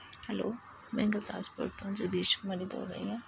hello ਮੈਂ ਗੁਰਦਾਸਪੁਰ ਤੋਂ ਜਗਦੀਸ਼ ਕੁਮਾਰੀ ਬੋਲ ਰਹੀ ਹਾਂ